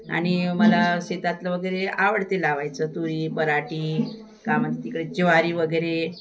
आणि मला शेतातलं वगैरे आवडते लावायचं तुरी पराटी का मग तिकडे ज्वारी वगैरे